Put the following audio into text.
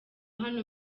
hano